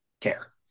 care